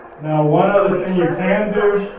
now one other thing you can do,